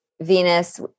Venus